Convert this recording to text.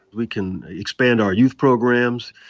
we can expand our youth programs.